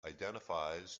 identifies